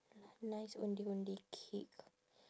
nice ondeh ondeh cake